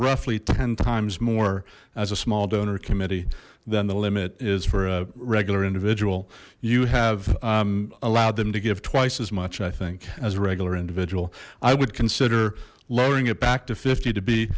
roughly ten times more as a small donor committee then the limit is for a regular individual you have allowed them to give twice as much i think as a regular individual i would consider lowering it back to fifty to be